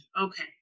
Okay